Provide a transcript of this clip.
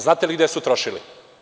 Znate li gde su trošili?